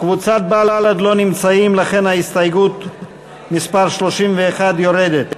קבוצת בל"ד לא נמצאת, לכן הסתייגות מס' 31 יורדת.